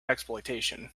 exploitation